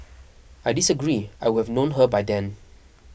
I disagree I would have known her by then